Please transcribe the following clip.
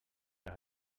les